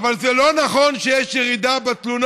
תודה לך, אדוני היושב-ראש.